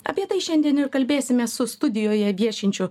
apie tai šiandien ir kalbėsimės su studijoje viešinčiu